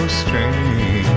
strange